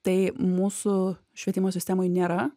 tai mūsų švietimo sistemoj nėra